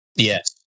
Yes